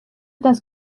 das